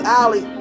alley